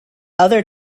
other